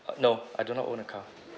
uh no I do not own a car